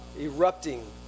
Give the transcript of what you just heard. Erupting